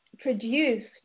produced